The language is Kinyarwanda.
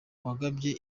wagabye